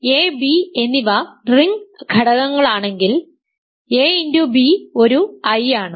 a b എന്നിവ ring ഘടകങ്ങളാണെങ്കിൽ axb ഒരു I ആണ്